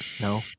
No